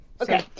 Okay